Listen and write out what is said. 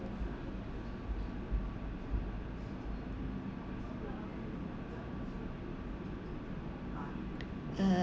err